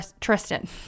Tristan